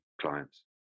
clients